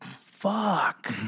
Fuck